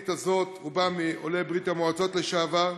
בתוכנית הזאת, רובם עולי ברית-המועצות לשעבר,